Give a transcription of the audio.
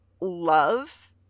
love